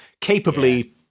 capably